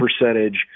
percentage